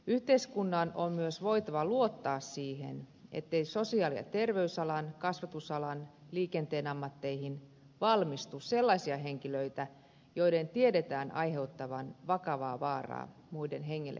yhteiskunnan on myös voitava luottaa siihen ettei sosiaali ja terveysalan kasvatusalan tai liikenteen ammatteihin valmistu sellaisia henkilöitä joiden tiedetään aiheuttavan vakavaa vaaraa muiden hengelle tai terveydelle